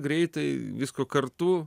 greitai visko kartu